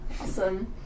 Awesome